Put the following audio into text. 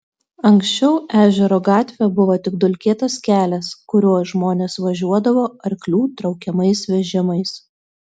anksčiau ežero gatvė buvo tik dulkėtas kelias kuriuo žmonės važiuodavo arklių traukiamais vežimais